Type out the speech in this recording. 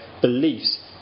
beliefs